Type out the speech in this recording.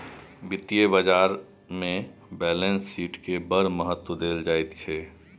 वित्तीय बाजारमे बैलेंस शीटकेँ बड़ महत्व देल जाइत छै